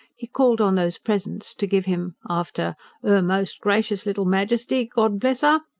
he called on those present to give him, after er most gracious little majesty, god bless er!